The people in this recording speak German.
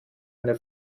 eine